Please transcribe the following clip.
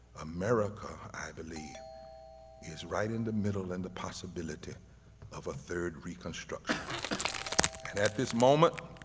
america i believe is right in the middle and the possibility of a third reconstruction and at this moment,